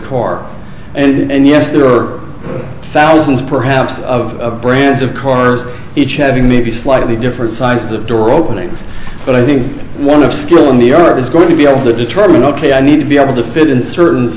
core and yes there are thousands perhaps of brands of cars each having maybe slightly different sizes of door openings but i think one of school in new york is going to be able to determine ok i need to be able to fit in certain